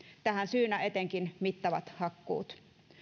tähän syynä ovat etenkin mittavat hakkuut